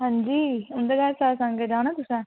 हां जी उं'दे घर सतसंग ऐ जाना तुसें